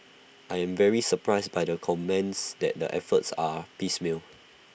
I am very surprised by your comments that the efforts are piecemeal